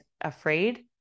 afraid